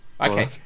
Okay